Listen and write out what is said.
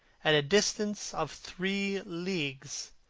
at a distance of three leagues